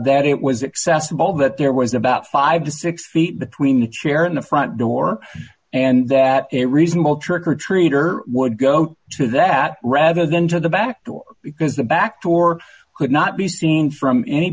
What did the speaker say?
that it was accessible that there was about five to six feet between the chair in the front door and that a reasonable trick or treater would go to that rather than to the back door because the back door could not be seen from any